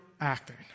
acting